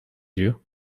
you